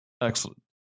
Excellent